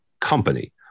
company